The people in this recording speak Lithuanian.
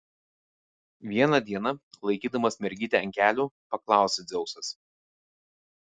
vieną dieną laikydamas mergytę ant kelių paklausė dzeusas